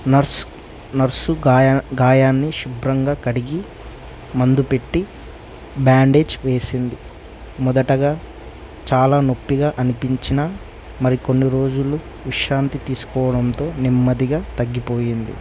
nurse nurse గాయాన్ని శుభ్రంగా కడిగి మందు పెట్టి బ్యాండేజ్ వేసింది మొదటగా చాలా నొప్పిగా అనిపించిన మరి కొన్ని రోజులు విశ్రాంతి తీసుకోవడంతో నెమ్మదిగా తగ్గిపోయింది